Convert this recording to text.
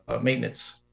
maintenance